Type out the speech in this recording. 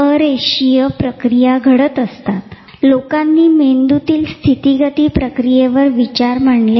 दुसरे म्हणजे जर निश्चित क्रमांक असेल प्रत्येक माहितीसाठी निश्चित थांबा असेल तर मेंदू नक्कीच लवकर संपृक्तीच्या अवस्थेला पोहोचेल आणि लवकरच बंद होईल